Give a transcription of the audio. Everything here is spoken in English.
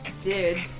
Dude